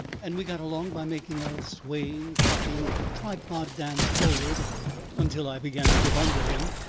and we got along by making a swaying, hopping, tripod dance forward until i began to give under him,